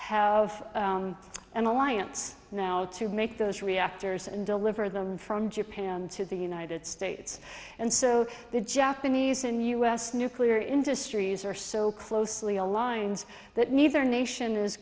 have an alliance now to make those reactors and deliver them from japan to the united states and so the japanese and u s nuclear industries are so closely aligned that neither nation is